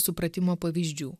supratimo pavyzdžių